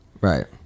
Right